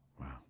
Wow